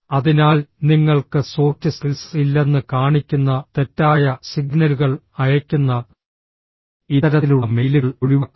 അതിനാൽ നിങ്ങൾക്ക് soft skills ഇല്ലെന്ന് കാണിക്കുന്ന തെറ്റായ സിഗ്നലുകൾ അയയ്ക്കുന്ന ഇത്തരത്തിലുള്ള മെയിലുകൾ ഒഴിവാക്കുക